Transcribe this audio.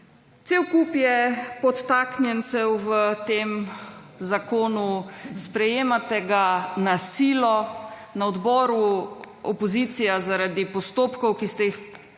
Cel kup je podtaknjencev v tem zakonu. Sprejemate ga na silo. Na odboru opozicija zaradi postopkov, ki ste jih na